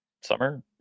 summer